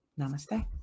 Namaste